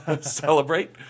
celebrate